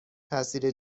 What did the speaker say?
تاثیر